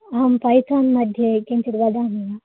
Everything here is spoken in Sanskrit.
अहं पैथान् मध्ये किञ्चिद् वदामि वा